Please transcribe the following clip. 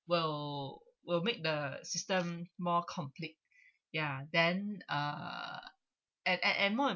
will will make the system more complete ya then uh and and and more